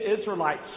Israelites